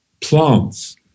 plants